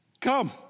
come